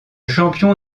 champion